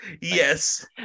Yes